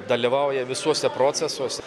dalyvauja visuose procesuose